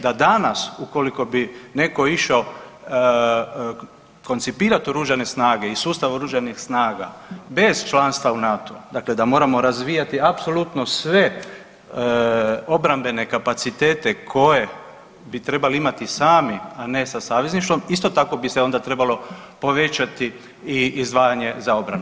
Da danas ukoliko bi netko išao koncipirati oružane snage i sustav oružanih snaga bez članstva u NATO-u dakle da moramo razvijati apsolutno sve obrambene kapacitete koje bi trebali imati sami, a ne sa savezništvom isto tako bi se onda trebalo povećati i izdvajanje za obranu.